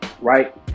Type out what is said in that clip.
right